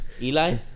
Eli